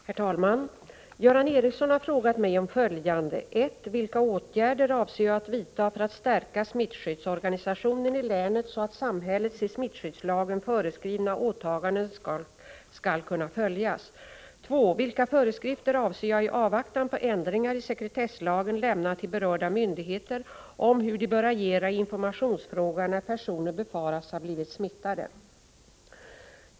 Herr talman! Göran Ericsson har frågat mig om följande: 2. Vilka föreskrifter avser statsrådet i avvaktan på ändringar i sekretesslagen lämna till berörda myndigheter om hur de bör agera i informationsfrågan när personer befaras ha blivit smittade?